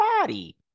body